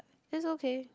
it's okay